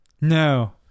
No